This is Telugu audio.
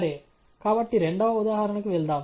సరే కాబట్టి రెండవ ఉదాహరణకి వెళ్దాం